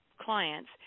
clients